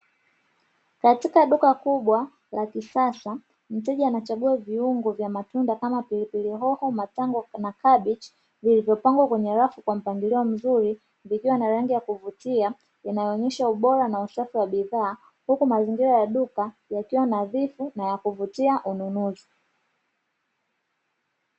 Katika duka kubwa la kisasa, mteja anachagua viungo vya matunda kama: pilipili hoho, matango na kabichi; vilivyopangwa kwenye rafu kwa mpangilio mzuri, vikiwa na rangi ya kuvutia inayoonyesha ubora na usafi wa bidhaa. Huku mazingira ya duka yakiwa nadhifu na ya kuvutia ununuzi